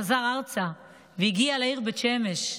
חזר ארצה והגיע לעיר בית שמש.